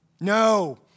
no